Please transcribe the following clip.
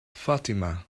fatima